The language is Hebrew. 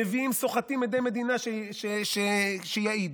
סוחטים עדי מדינה שיעידו.